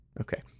Okay